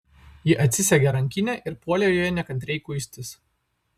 ji atsisegė rankinę ir puolė joje nekantriai kuistis